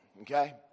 okay